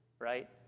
right